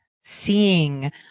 seeing